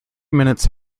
minutes